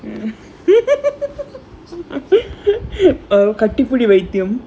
கட்டிப்புடி வைத்தியம்:kattipudi vaithiyam